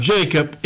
Jacob